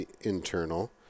internal